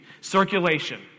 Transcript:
Circulation